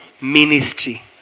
ministry